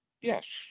Yes